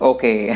Okay